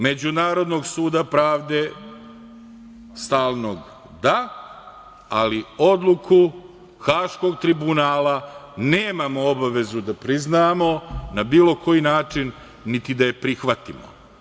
Međunarodnog suda pravde, stalnog, da, ali odluku Haškog tribunala nemamo obavezu da priznamo na bilo koji način, niti da je prihvatimo.